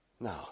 Now